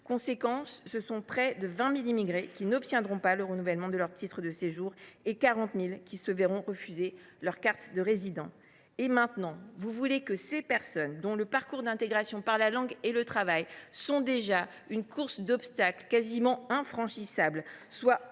Conséquence, ce sont près de 20 000 immigrés qui n’obtiendront pas le renouvellement de leur titre de séjour et 40 000 qui se verront refuser la carte de résident. Désormais, vous voudriez que ces personnes, dont le parcours d’intégration par la langue et par le travail est déjà une course d’obstacles quasi infranchissables, soient aussi